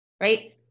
Right